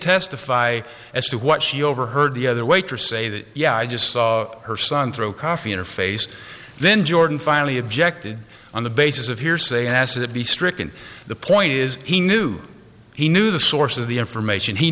testify as to what she overheard the other waitress say that yeah i just saw her son throw coffee in her face then jordan finally objected on the basis of hearsay as it be stricken the point is he knew he knew the source of the information he